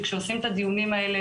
כשעושים את הדיונים האלה,